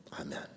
Amen